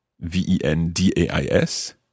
V-E-N-D-A-I-S